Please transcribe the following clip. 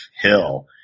Hill